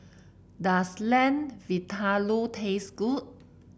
does Lamb Vindaloo taste good